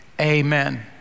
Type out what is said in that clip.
Amen